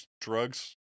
drugs